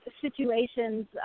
situations